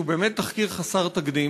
שהוא באמת תחקיר חסר תקדים,